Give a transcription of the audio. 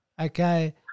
Okay